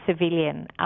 civilian